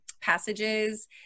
Passages